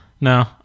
no